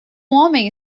homem